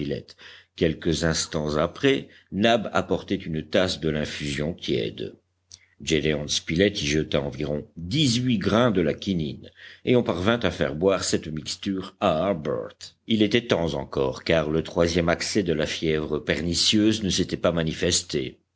quelques instants après nab apportait une tasse de l'infusion tiède gédéon spilett y jeta environ dix-huit grains de la quinine et on parvint à faire boire cette mixture à harbert il était temps encore car le troisième accès de la fièvre pernicieuse ne s'était pas manifesté